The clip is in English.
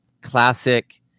classic